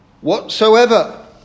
whatsoever